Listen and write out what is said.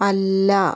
അല്ല